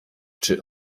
czy